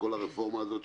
בכל הרפורמה הזאת,